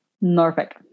Norfolk